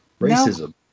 racism